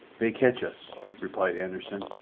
they catch us, replied anderssen,